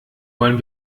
wollen